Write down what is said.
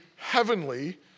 heavenly